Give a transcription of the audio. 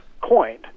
coined